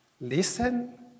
listen